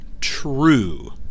true